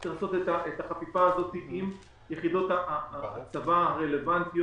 צריך לעשות את החפיפה הזאת עם יחידות הצבא הרלוונטיות,